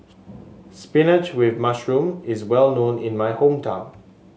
spinach with mushroom is well known in my hometown